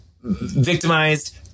victimized